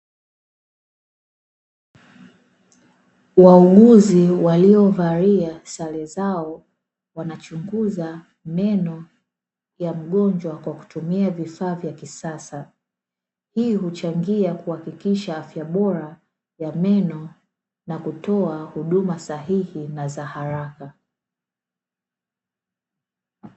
Wauguzi walio valia sare zao wanachunguza meno ya mgonjwa kwa kutumia vifaa vya kisasa. Hii huchangia kuhakikisha afya bora ya meno na kutoa huduma sahihi na za haraka.